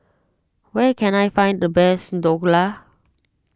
where can I find the best Dhokla